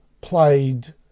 played